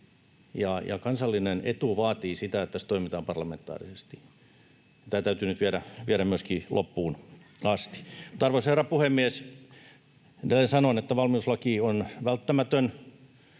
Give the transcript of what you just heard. ja kansallinen etu vaatii sitä, että tässä toimitaan parlamentaarisesti. Tämä täytyy nyt viedä myöskin loppuun asti. Arvoisa herra puhemies! Kuten sanoin, valmiuslaki on välttämätön.